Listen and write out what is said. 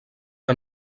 que